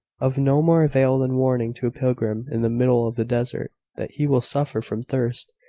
of no more avail than warning to a pilgrim in the middle of the desert that he will suffer from thirst,